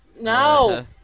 No